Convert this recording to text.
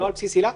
לא על בסיס עילה,